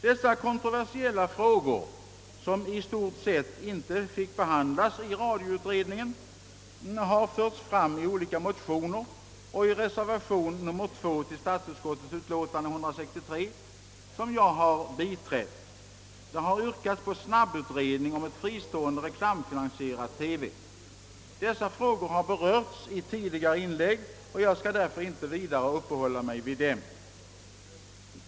Dessa kontroversiella frågor, som i stort sett inte fick behandlas i radioutredningen, har tagits upp i olika motioner och i reservation 2 till statsutskottets utlåtande nr 163, vilken jag biträtt. Där yrkas på snabbutredning om ett fristående reklamfinansierat TV-2. Frågan har berörts i tidigare inlägg, och jag skall därför inte vidare uppehålla mig vid den.